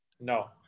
No